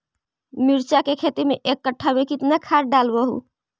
मिरचा के खेती मे एक कटा मे कितना खाद ढालबय हू?